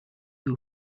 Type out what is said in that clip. who